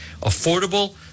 Affordable